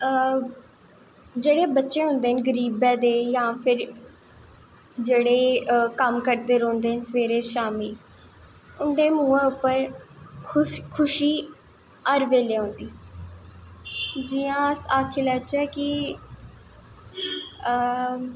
जेह्ड़े बच्चे होंदे न गराबै दे जां फिर जेह्ड़े कम्म करदे रौंह्दे न सवेरै शाम्मी उंदे मुहां पर खुशी हर बेल्ले होंदी जियां ्स आक्खी लैच्चै कि